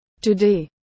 Today